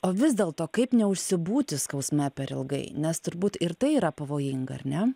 o vis dėlto kaip neužsibūti skausme per ilgai nes turbūt ir tai yra pavojinga ar ne